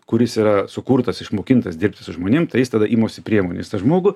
kuris yra sukurtas išmokintas dirbti su žmonėms tai jis tada imasi priemonės tą žmogų